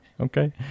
Okay